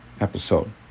episode